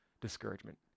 discouragement